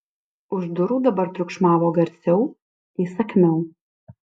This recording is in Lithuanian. už durų dabar triukšmavo garsiau įsakmiau